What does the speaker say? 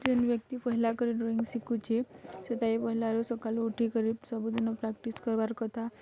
ଯେନ୍ ବ୍ୟକ୍ତି ପହେଲାକରି ଡ଼୍ରଇଁ ଶିଖୁଚେ ସେ ତାଇ ପହିଲାରୁ ସକାଲୁ ଉଠିକରି ସବୁଦିନ ପ୍ରାକ୍ଟିସ୍ କରିବାର୍ କଥା